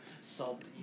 salty